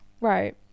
right